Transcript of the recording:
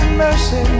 mercy